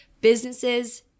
businesses